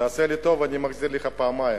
תעשה לי טוב, אני מחזיר לך פעמיים.